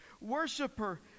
worshiper